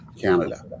Canada